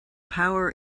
power